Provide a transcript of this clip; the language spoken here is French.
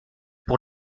pour